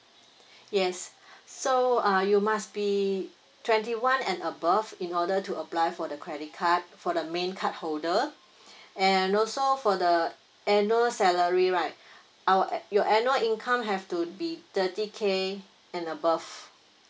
yes so uh you must be twenty one and above in order to apply for the credit card for the main card holder and also for the annual salary right our at your annual income have to be thirty K and above